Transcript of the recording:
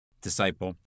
Disciple